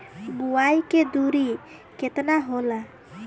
बुआई के दुरी केतना होला?